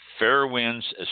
Fairwind's